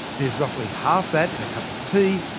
there's roughly half that in a cup of tea,